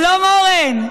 שלום, אורן.